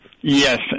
Yes